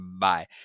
bye